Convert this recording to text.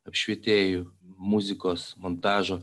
apšvietėjų muzikos montažo